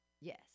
Yes